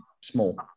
small